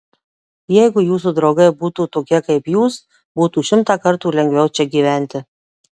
jeigu jūsų draugai būtų tokie kaip jūs būtų šimtą kartų lengviau čia gyventi